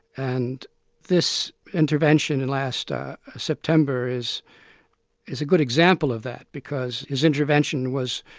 and this intervention and last september is is a good example of that, because his intervention was